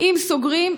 אם סוגרים,